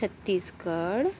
Chhattisgarh